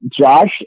Josh